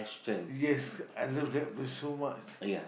yes I love that place so much